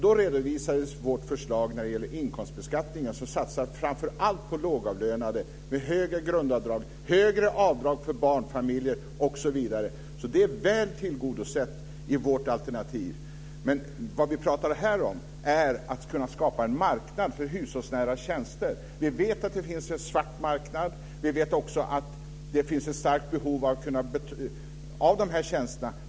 Då redovisades i vårt förslag till inkomstbeskattning att vi framför allt satsar på lågavlönade med högre grundavdrag, högre avdrag för barnfamiljer osv. Det är väl tillgodosett i vårt alternativ. Men det vi pratar om här är att kunna skapa en marknad för hushållsnära tjänster. Vi vet att det finns en svart marknad. Vi vet också att det finns ett starkt behov av de här tjänsterna.